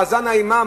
מאזן האימה,